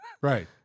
Right